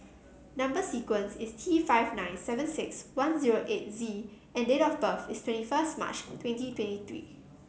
number sequence is T five nine seven six one zero eight Z and date of birth is twenty first March twenty twenty three